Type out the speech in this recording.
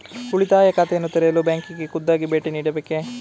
ಉಳಿತಾಯ ಖಾತೆಯನ್ನು ತೆರೆಯಲು ಬ್ಯಾಂಕಿಗೆ ಖುದ್ದಾಗಿ ಭೇಟಿ ನೀಡಬೇಕೇ?